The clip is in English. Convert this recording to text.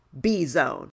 BZone